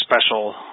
special